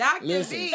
Listen